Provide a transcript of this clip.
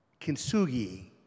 kintsugi